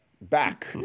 back